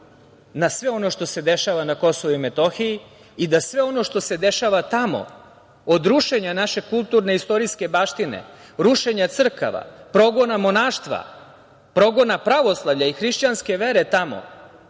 na sve ono što se dešava na Kosovu i Metohiji i da sve ono što se dešava tamo od rušenja naše kulturne istorijske baštine, rušenja crkava, progona monaštva, progona pravoslavlja i hrišćanske vere tamo,